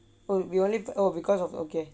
oh we only oh because of okay